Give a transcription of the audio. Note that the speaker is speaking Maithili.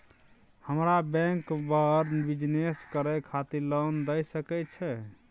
हमरा बैंक बर बिजनेस करे खातिर लोन दय सके छै?